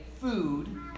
food